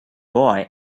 boy